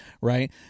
right